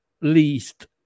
least